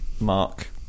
mark